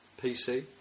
PC